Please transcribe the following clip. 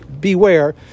beware